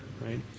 right